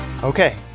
Okay